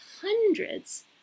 hundreds